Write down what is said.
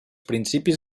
principis